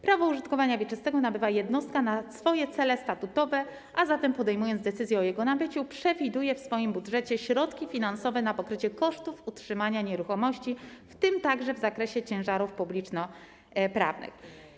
Prawo użytkowania wieczystego nabywa jednostka na swoje cele statutowe, a zatem podejmując decyzję o jego nabyciu, przewiduje w swoim budżecie środki finansowe na pokrycie kosztów utrzymania nieruchomości, w tym także w zakresie ciężarów publiczno-prawnych.